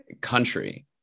country